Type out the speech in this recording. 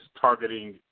targeting